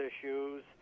issues